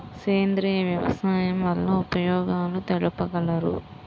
సేంద్రియ వ్యవసాయం వల్ల ఉపయోగాలు తెలుపగలరు?